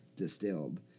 distilled